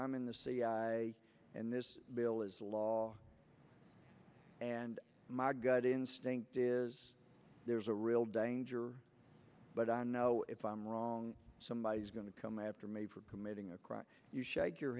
i'm in the cia and this bill is law and my gut instinct is there's a real danger but i know if i'm wrong somebody is going to come after me for committing a crime you shake your